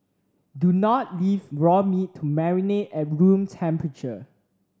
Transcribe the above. do not leave raw meat to marinate at room temperature